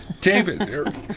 David